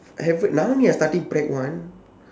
haven't now I only I starting prac one